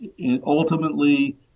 ultimately